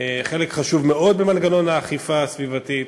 חלק חשוב מאוד ממנגנון האכיפה הסביבתית.